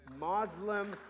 Muslim